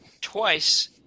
twice